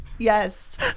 Yes